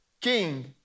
king